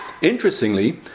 Interestingly